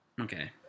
Okay